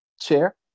Chair